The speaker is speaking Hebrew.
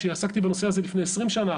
כשעסקתי בנושא הזה לפני 20 שנה,